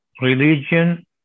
religion